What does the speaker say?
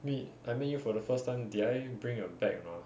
meet I meet you for the first time did I bring a bag ah